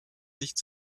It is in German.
nicht